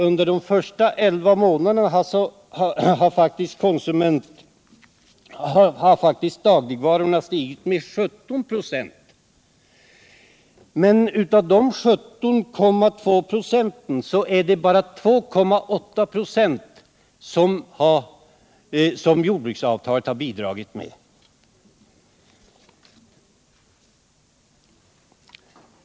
Under de första 11 må naderna av året har dagligvarorna faktiskt stigit med omkring 17 26, men = Jordbrukspoliti av dessa 17,2 26 är det bara 2,8 ?6 som jordbruksavtalet har bidragit med.